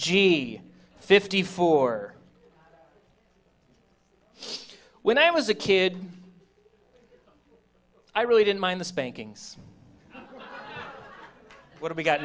gee fifty four when i was a kid i really didn't mind the spankings when we got